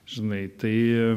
žinai tai